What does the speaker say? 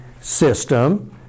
system